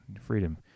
freedom